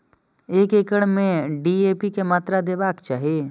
एक एकड़ में डी.ए.पी के मात्रा देबाक चाही?